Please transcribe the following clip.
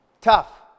tough